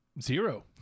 Zero